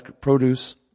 produce